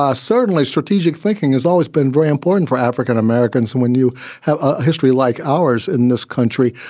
ah certainly strategic thinking has always been very important for african-americans. and when you have a history like ours in this country,